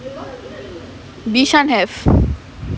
bishan have